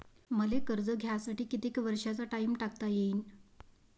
मले कर्ज घ्यासाठी कितीक वर्षाचा टाइम टाकता येईन?